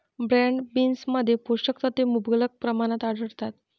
broad बीन्समध्ये पोषक तत्वे मुबलक प्रमाणात आढळतात